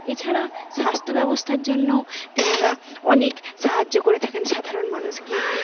এছাড়া স্বাস্থ্য ব্যবস্থার জন্য তেনারা অনেক সাহায্য করে থাকেন সাধারণ মানুষকে